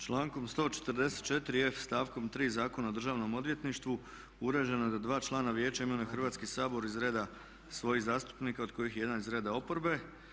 Člankom 144. f stavkom 3. Zakona o Državnom odvjetništvu uređeno je da dva člana vijeća imenuje Hrvatski sabor iz reda svojih zastupnika od kojih je jedan iz reda oporbe.